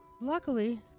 Luckily